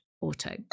Auto